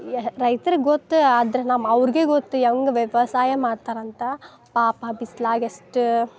ಈಗ ರೈತ್ರಿಗೆ ಗೊತ್ತು ಆದ್ರೆ ನಮ್ಮ ಅವ್ರ್ಗೆ ಗೊತ್ತು ಹೆಂಗೆ ವ್ಯವಸಾಯ ಮಾಡ್ತಾರೆ ಅಂತ ಪಾಪ ಬಿಸ್ಲಾಗೆ ಎಷ್ಟು